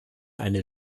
eine